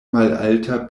malalta